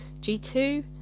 g2